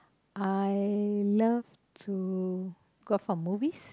I love to go out for movies